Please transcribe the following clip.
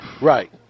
Right